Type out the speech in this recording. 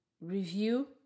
review